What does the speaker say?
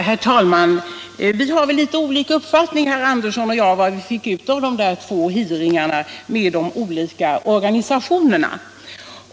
Herr talman! Herr Andersson och jag har litet olika uppfattningar om vad som framkom vid utskottets hearings med de olika organisationerna.